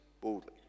boldly